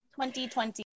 2020